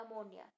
ammonia